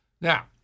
Now